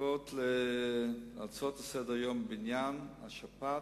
תשובות על הצעות לסדר-היום בעניין השפעת.